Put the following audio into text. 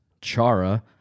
Chara